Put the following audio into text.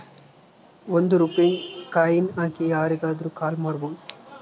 ಒಂದ್ ರೂಪಾಯಿ ಕಾಯಿನ್ ಹಾಕಿ ಯಾರಿಗಾದ್ರೂ ಕಾಲ್ ಮಾಡ್ಬೋದು